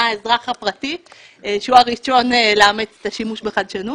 האזרח הפרטי שהוא הראשון לאמץ את השימוש בחדשנות.